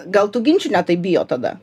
gal tų ginčių ne taip bijo tada